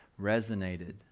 resonated